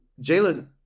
Jalen